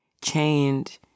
Chained